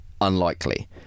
unlikely